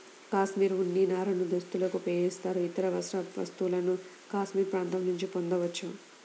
cashmere ఉన్ని నారను దుస్తులకు ఉపయోగిస్తారు, ఇతర వస్త్ర వస్తువులను కాష్మెరె ప్రాంతం నుండి పొందవచ్చు